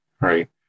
right